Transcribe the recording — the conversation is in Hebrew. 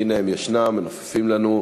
הנה הם, ישנם, מנופפים לנו.